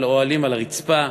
אוהלים על הרצפה,